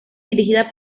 dirigida